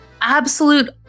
absolute